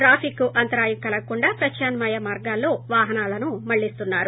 ట్రాఫిక్కు అంతరాయం కలగకుండా ప్రత్యామ్నాయ మార్గాల్లో వాహనాలను మళ్లిస్తున్నారు